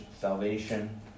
salvation